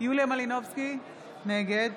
יוליה מלינובסקי, נגד